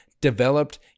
developed